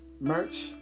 merch